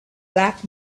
black